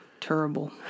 Terrible